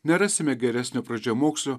nerasime geresnio pradžiamokslio